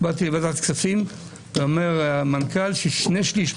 באתי לוועדת כספים ואומר המנכ"ל ששני שלישים